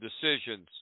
decisions